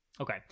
Okay